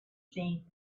seen